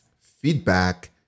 feedback